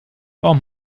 warum